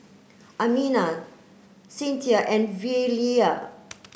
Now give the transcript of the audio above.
Amina Cinthia and Velia